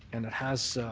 and it has